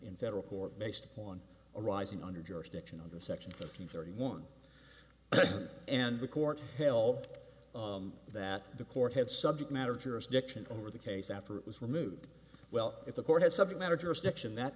in federal court based on arising under jurisdiction under section two hundred thirty one and the court held that the court had subject matter jurisdiction over the case after it was removed well if the court has subject matter jurisdiction that